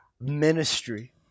ministry